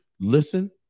listen